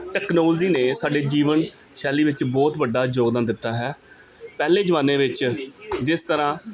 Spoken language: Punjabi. ਟਕਨੋਲੋਜ਼ੀ ਨੇ ਸਾਡੇ ਜੀਵਨਸ਼ੈਲੀ ਵਿੱਚ ਬਹੁਤ ਵੱਡਾ ਯੋਗਦਾਨ ਦਿੱਤਾ ਹੈ ਪਹਿਲੇ ਜਮਾਨੇ ਵਿੱਚ ਜਿਸ ਤਰ੍ਹਾਂ